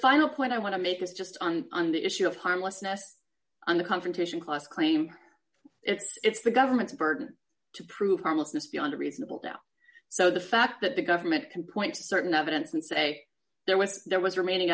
final point i want to make is just on on the issue of homelessness and the confrontation class claim it's the government's burden to prove harmlessness beyond a reasonable doubt so the fact that the government can point to certain evidence and say there was there was remaining